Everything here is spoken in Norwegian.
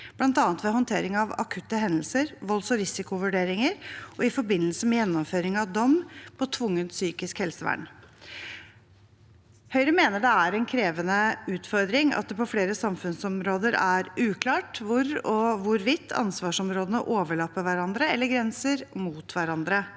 bl.a. ved håndtering av akutte hendelser, volds- og risikovurderinger og i forbindelse med gjennomføring av dom om tvungent psykisk helsevern. Høyre mener det er en krevende utfordring at det på flere samfunnsområder er uklart hvor og hvorvidt ansvarsområdene overlapper hverandre eller grenser mot hverandre.